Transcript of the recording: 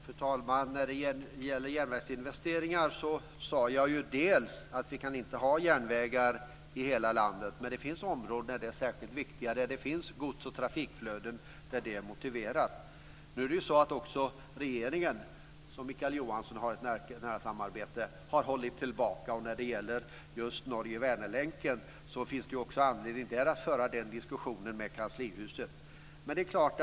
Fru talman! När det gäller järnvägsinvesteringar sade jag att vi inte kan ha järnvägar i hela landet. Men det finns områden där det är särskilt viktigt och där det finns gods och trafikflöden där det är motiverat. Även regeringen, som Mikael Johansson har ett nära samarbete med, har hållit tillbaka i fråga om detta. Och när det gäller just Norge-Vänerlänken finns det också där anledning att föra den diskussionen med Regerinskansliet.